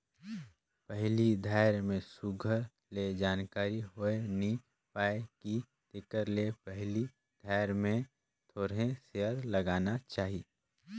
पहिल धाएर में सुग्घर ले जानकारी होए नी पाए कि तेकर ले पहिल धाएर में थोरहें सेयर लगागा चाही